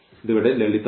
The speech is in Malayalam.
ഇത് ഇവിടെ ലളിതമാണ്